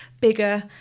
bigger